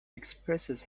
expresses